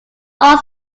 all